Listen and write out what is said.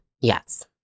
Yes